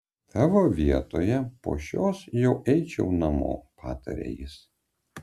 tavo vietoje po šios jau eičiau namo patarė jis